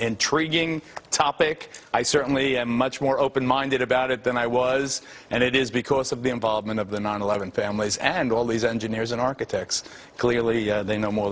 intriguing topic i certainly am much more open minded about it than i was and it is because of the involvement of the nine eleven families and all these engineers and architects clearly they know more